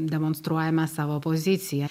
demonstruojame savo poziciją